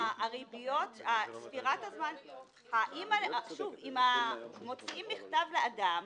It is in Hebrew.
שוב, אם מוציאים מכתב לאדם